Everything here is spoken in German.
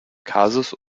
kasus